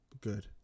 good